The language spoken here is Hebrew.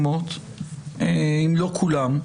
אם לא כולם,